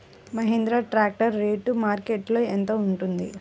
Mahindra tractor rate మార్కెట్లో యెంత ఉంటుంది?